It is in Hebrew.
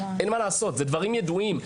אין מה לעשות, אלה דברים ידועים.